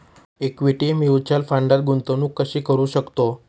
Equity mutual फंडात गुंतवणूक कशी करू शकतो?